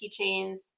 keychains